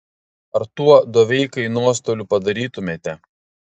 ar tuo doveikai nuostolių padarytumėte